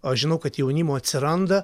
aš žinau kad jaunimo atsiranda